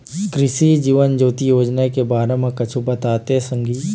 कृसि जीवन ज्योति योजना के बारे म कुछु बताते संगी